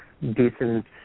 decent